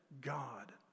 God